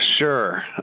Sure